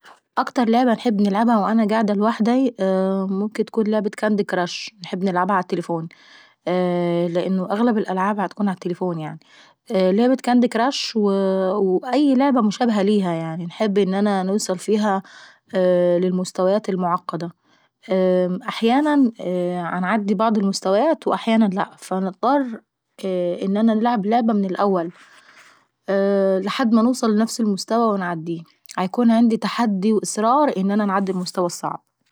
اكتر لعبة انحب نلعبها مع صحابي برضو بتكون ع التليفون. لعبة نلعبوها ع التلبفون عن بعد وتشتغل بالنت. اللعبة دي مثلا ممكن تكون زي لعبة الكوتشينة اكتر لعبة انحبوها لان احنا فاهمينها يعناي. واللي يفوز يعمل حكم للتاني والتاني لازم ينفذ الحكم دا. غالبا الحكم دا بيكون مثلا فيه دفع فلوس، أو حد يجيب هدية للتاني، او يكافئه او يجيبله شكولاطة. فاللعبة دي بتكون مسلي جدا احنا بنكون عبارة عن فريقين أو اتنين كل واحد فينا بيمثل فريق.